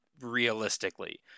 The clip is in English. realistically